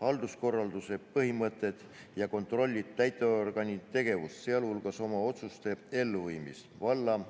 halduskorralduse põhimõtted ja kontrollib täitevorgani tegevust, sh oma otsuste elluviimist. Valla-